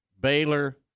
Baylor